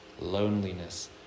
loneliness